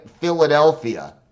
Philadelphia